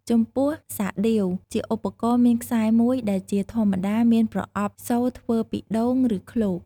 ចំពោះសាដៀវ ជាឧបករណ៍មានខ្សែមួយ ដែលជាធម្មតាមានប្រអប់សូរធ្វើពីដូង ឬឃ្លោក។